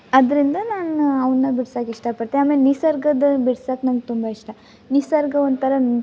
ಅದರಿಂದ ನಾನು ಅವನ್ನ ಬಿಡ್ಸಕ್ಕೆ ಇಷ್ಟಪಡ್ತೆ ಆಮೇಲೆ ನಿಸರ್ಗದ ಬಿಡ್ಸಕ್ಕೆ ನಂಗೆ ತುಂಬ ಇಷ್ಟ ನಿಸರ್ಗ ಒಂಥರ